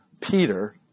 Peter